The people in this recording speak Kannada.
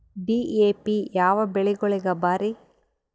ಡಿ.ಎ.ಪಿ ಯಾವ ಬೆಳಿಗೊಳಿಗ ಭಾರಿ?